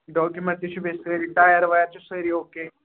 document تہِ چھِ بیٚیہِ سٲری ٹایَر وایر چھِ سٲری او کے